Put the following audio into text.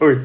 !oi!